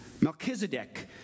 Melchizedek